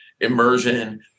immersion